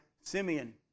Simeon